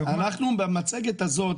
במצגת הזאת,